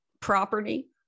property